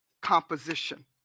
composition